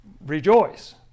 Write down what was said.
rejoice